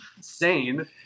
sane